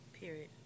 Period